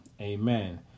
amen